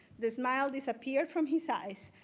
the smile disappeared from his eyes,